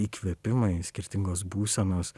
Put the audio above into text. įkvėpimai skirtingos būsenos